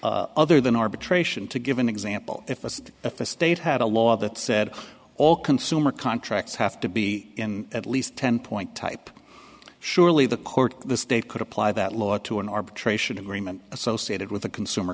characteristic other than arbitration to give an example if as if the state had a law that said all consumer contracts have to be in at least ten point type surely the court the state could apply that law to an arbitration agreement associated with the consumer